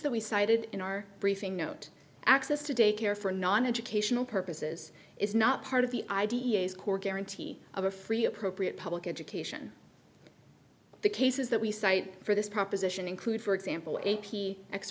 that we cited in our briefing note access to day care for non educational purposes is not part of the i d f core guarantee of a free appropriate public education the cases that we cite for this proposition include for example a p x